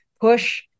push